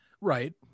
Right